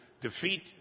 defeat